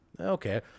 Okay